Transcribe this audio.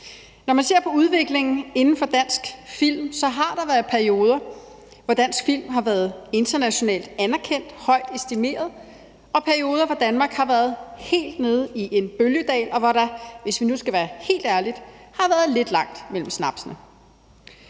Når man ser på udviklingen inden for dansk film, har der været perioder, hvor dansk film har været internationalt anerkendt og højt estimeret, og perioder, hvor Danmark har været helt nede i en bølgedal, og hvor der – hvis vi nu skal være helt ærlige – har været lidt langt mellem snapsene.